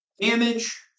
damage